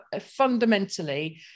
fundamentally